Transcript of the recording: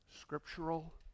scriptural